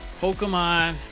Pokemon